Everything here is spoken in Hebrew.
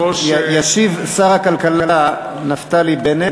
ישיב שר הכלכלה נפתלי בנט.